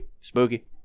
Spooky